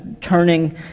turning